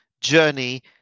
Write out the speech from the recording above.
journey